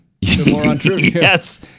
Yes